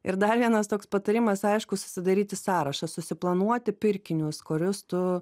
ir dar vienas toks patarimas aišku susidaryti sąrašą susiplanuoti pirkinius kurius tu